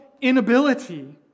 inability